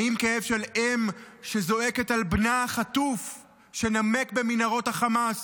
האם כאב של אם שזועקת על בנה החטוף שנמק במנהרות החמאס